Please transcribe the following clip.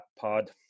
pod